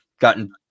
gotten